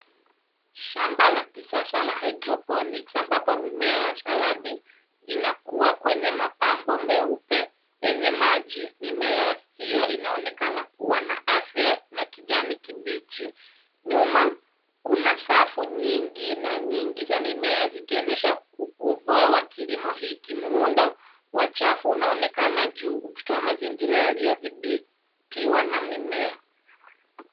Shamba la kisasa la hydroponics ambapo mimea ya saladi inakua kwenye mapambo meupe yenye maji. Mimea hiyo inaonekana kuwa na afya na kijani kibichi. Nyuma kuna safu nyingine nyingi za mimea zikionyesha ukubwa wa kilimo hiki. Muundo wa chafu unaonekana juu ukitoa mazingira yaliyodhibitiwa na mimea.